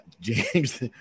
James